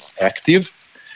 active